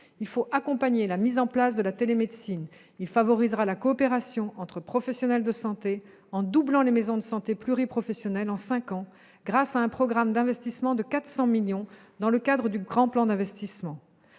Il faut accompagner la mise en place de la télémédecine. Ce plan favorisera aussi la coopération entre professionnels de santé, en doublant le nombre des maisons de santé pluriprofessionnelles en cinq ans grâce à un programme d'investissement de 400 millions d'euros dans le cadre du Grand Plan d'investissement.